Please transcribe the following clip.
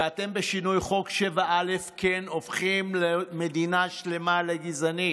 ואתם בשינוי חוק 7א כן הופכים מדינה שלמה לגזענית.